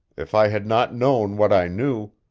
if i had not known what i knew,